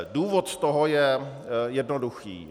Důvod toho je jednoduchý.